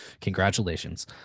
congratulations